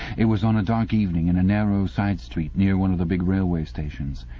it was on a dark evening, in a narrow side-street near one of the big railway stations.